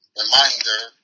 reminder